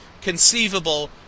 conceivable